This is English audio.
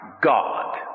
God